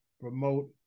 promote